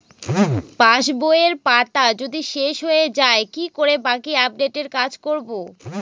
পাসবইয়ের পাতা যদি শেষ হয়ে য়ায় কি করে বাকী আপডেটের কাজ করব?